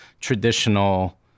traditional